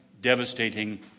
devastating